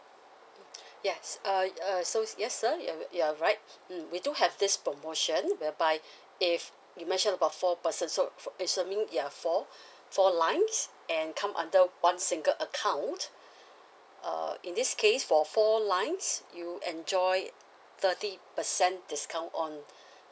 mm yes uh err so yes sir you are you are right mm we do have this promotion whereby if you mentioned about four person so fo~ assuming you are four four lines and come under one single account err in this case for four lines you enjoy thirty percent discount on